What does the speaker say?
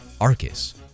arcus